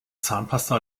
zahnpasta